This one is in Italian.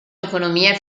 economia